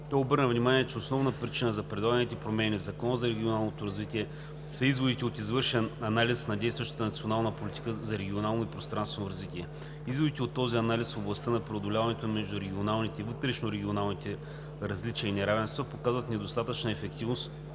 обърна внимание, че основна причина за предлаганите промени в Закона за регионалното развитие са изводите от извършен анализ на действащата национална политика за регионално и пространствено развитие. Изводите от този анализ в областта на преодоляването на междурегионалните и вътрешнорегионалните различия и неравенства показват недостатъчна ефективност